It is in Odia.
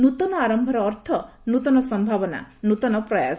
ନୃତନ ଆରମ୍ଭର ଅର୍ଥ ନୃତନ ସମ୍ଭାବନା ନୃତନ ପ୍ରୟାସ